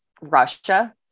Russia